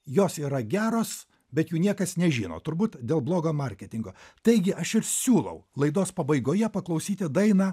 jos yra geros bet jų niekas nežino turbūt dėl blogo marketingo taigi aš ir siūlau laidos pabaigoje paklausyti dainą